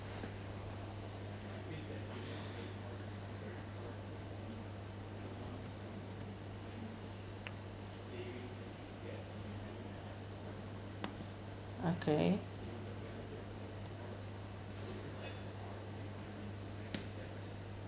okay